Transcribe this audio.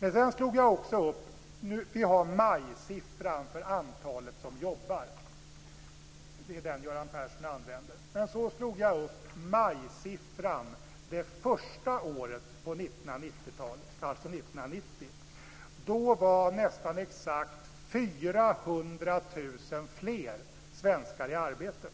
Sedan har jag slagit upp majsiffran för antalet som jobbar. Det är den siffran som Göran Persson använder. Jag slog upp majsiffran för 1990. Då var nästan exakt 400 000 fler svenskar i arbete.